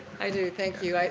i do, thank you.